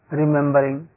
remembering